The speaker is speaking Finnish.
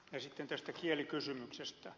sitten tästä kielikysymyksestä